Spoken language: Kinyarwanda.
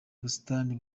busitani